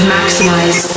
Maximize